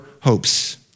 hopes